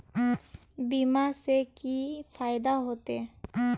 बीमा से की फायदा होते?